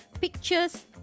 pictures